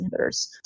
inhibitors